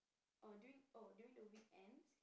oh during oh during the weekends